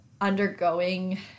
undergoing